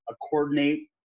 coordinate